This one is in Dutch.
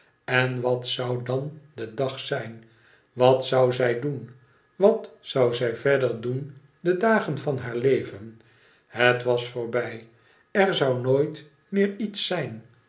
en wat zou dan de dag zijn wat zou zij doen wat zoii zij verder doen de dagen van haar leven het was voorbij er zou nooit meer iets zijn